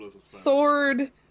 Sword